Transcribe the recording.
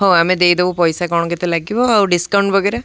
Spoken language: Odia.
ହଉ ଆମେ ଦେଇଦବୁ ପଇସା କ'ଣ କେତେ ଲାଗିବ ଆଉ ଡିସ୍କାଉଣ୍ଟ ବଗେରା